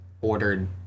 ordered